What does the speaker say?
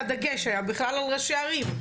שהדגש היה על ראשי ערים.